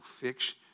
fix